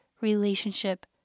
relationship